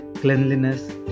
cleanliness